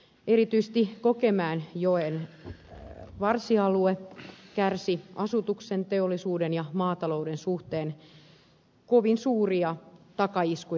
erityisesti kokemäenjoen varsialue kärsi asutuksen teollisuuden ja maatalouden suhteen kovin suuria takaiskuja